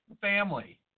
Family